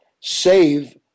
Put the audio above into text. save